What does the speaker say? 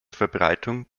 verbreitung